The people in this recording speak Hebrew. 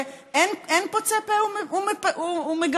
ואין פוצה פה ומגמגם,